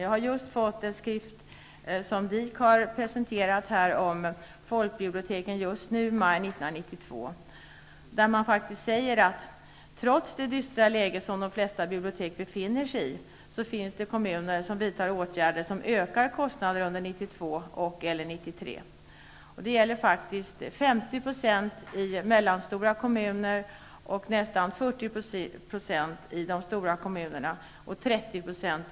Jag har just fått en skrift om folkbiblioteken just, maj 1992. Där sägs det att det trots det dystra läge som de flesta bibliotek befinner sig i finns kommuner som vidtar åtgärder som ökar kostnaderna under 1992 och/eller 1993.